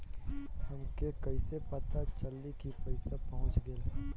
हमके कईसे पता चली कि पैसा पहुच गेल?